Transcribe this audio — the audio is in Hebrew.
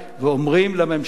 ואומרים לממשלה.